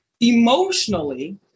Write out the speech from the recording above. emotionally